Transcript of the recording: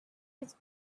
his